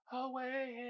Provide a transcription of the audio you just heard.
away